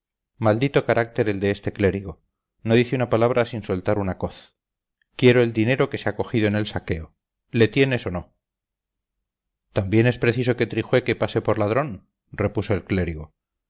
maldito caraiter el de este clérigo no dice una palabra sin soltar una coz quiero el dinero que se ha cogido en el saqueo le tienes o no también es preciso que trijueque pase por ladrón repuso el clérigo